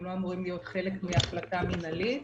שלא אמורים להיות חלק מהחלטה מנהלית.